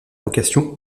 vocation